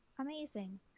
Amazing